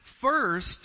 first